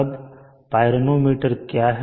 अब पायनोमीटर क्या है